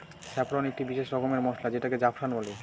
saffron একটি বিশেষ রকমের মসলা যেটাকে জাফরান বলে